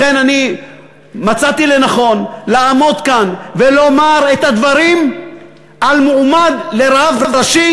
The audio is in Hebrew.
לכן אני מצאתי לנכון לעמוד כאן ולומר את הדברים על מועמד לרב ראשי,